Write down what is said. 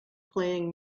playing